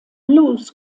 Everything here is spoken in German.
blues